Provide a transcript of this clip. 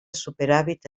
superàvit